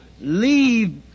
leave